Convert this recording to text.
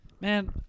Man